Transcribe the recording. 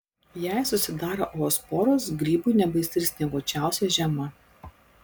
jei susidaro oosporos grybui nebaisi ir snieguočiausia žiema